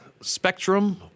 Spectrum